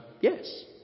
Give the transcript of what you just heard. yes